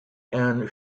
and